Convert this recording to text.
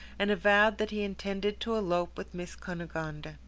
and avowed that he intended to elope with miss cunegonde.